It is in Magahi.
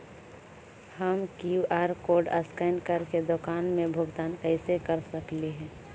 हम कियु.आर कोड स्कैन करके दुकान में भुगतान कैसे कर सकली हे?